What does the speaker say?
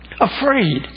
afraid